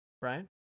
Brian